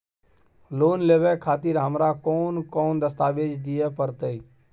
Loan लेवे खातिर हमरा कोन कौन दस्तावेज दिय परतै?